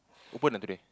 open ah today